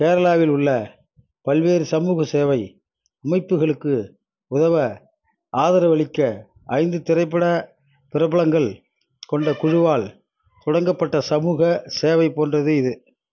கேரளாவில் உள்ள பல்வேறு சமூக சேவை அமைப்புகளுக்கு உதவ ஆதரவளிக்க ஐந்து திரைப்பட பிரபலங்கள் கொண்ட குழுவால் தொடங்கப்பட்ட சமூகச் சேவை போன்றது இது